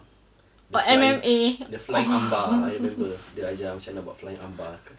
the flying the flying arm bar I remember dia ajar macam mana nak buat flying arm bar